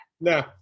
No